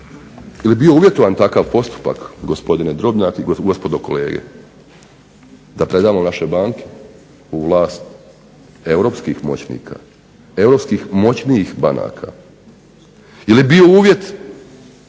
li bio uvjetovan takav postupak gospodine Drobnjak i gospodo kolege da predamo naše banke u vlast europskih moćnika, europskih moćnijih banaka. Je li bio uvjet